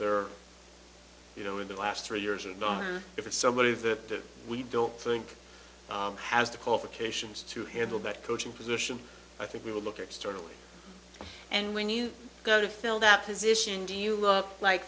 there you know in the last three years or not if it's somebody that we don't think has the qualifications to handle that coaching position i think we will look at externally and when you go to fill that position do you look like